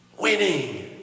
winning